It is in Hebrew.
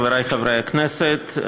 חבריי חברי הכנסת,